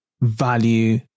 value